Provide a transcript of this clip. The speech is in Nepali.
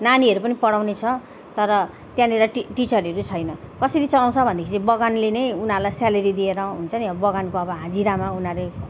नानीहरू पनि पढाउने छ तर त्यहाँनिर टि टिचरहरू नै छैन कसरी चाहिँ आउँछ भन्दाखेरि चाहिँ बगानले नै उनीहरूलाई स्यालरी दिएर हुन्छ नि अब बगानको अब हाजिरामा उनीहरूले